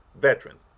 veterans